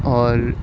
اور